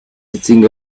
sitting